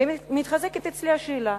ומתחזקת אצלי השאלה: